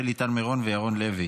שלי טל מירון וירון לוי.